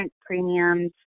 premiums